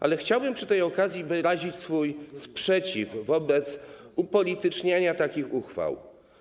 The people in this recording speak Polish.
Ale chciałbym przy tej okazji wyrazić swój sprzeciw wobec upolityczniania takich uchwał.